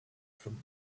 from